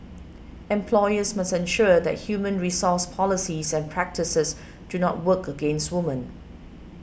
employers must ensure that human resource policies and practices do not work against women